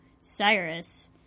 Cyrus